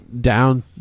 Down